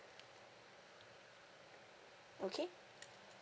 okay